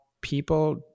people